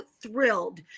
thrilled